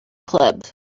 club